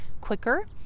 quicker